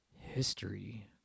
history